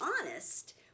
honest